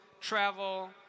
travel